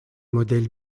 modèle